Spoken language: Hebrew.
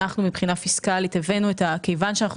מבחינה פיסקלית הבאנו כיוון שאנחנו